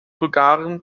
bulgaren